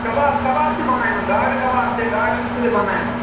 کَباب کَباب تہِ بَنان یِمَن گاڈٕ کَباب تہِ گاڈٕ رِستہٕ تہِ بَنان یِمن